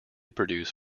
produce